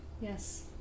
Yes